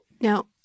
Now